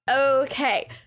Okay